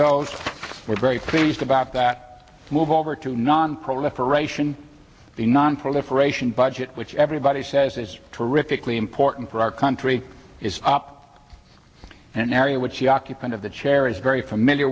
those we're very pleased about that move over to nonproliferation the nonproliferation budget which everybody says is terrifically important for our country is up an area which the occupant of the chair is very familiar